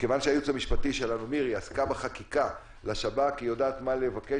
מכיוון שהיועצת המשפטי שלנו מירי עסקה בחקיקה לשב"כ היא יודעת מה לבקש.